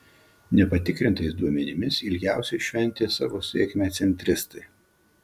nepatikrintais duomenimis ilgiausiai šventė savo sėkmę centristai